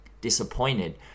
disappointed